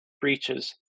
breaches